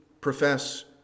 profess